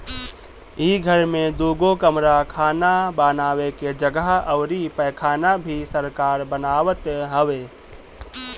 इ घर में दुगो कमरा खाना बानवे के जगह अउरी पैखाना भी सरकार बनवावत हवे